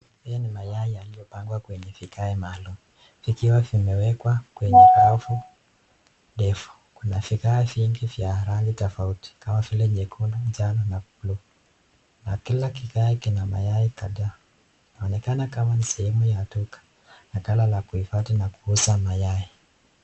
Hii ni mayai yaliyopangwa kwenye vikae maalum, vikiwa vimewekwa kwenye kikapu ndefu kuna vikaa mingi vya arafu kama vile nyekundu, manjano na blue kila kikae kina mayai kadhaa. Inaonekana kama ni sehemu ya duka linaonekana la kuhifadhi na kuuza mayai.